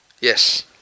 yes